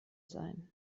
sein